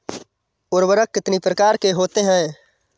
उर्वरक कितनी प्रकार के होते हैं?